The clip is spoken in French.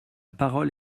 parole